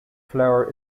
flower